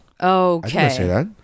okay